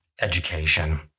education